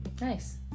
Nice